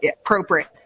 appropriate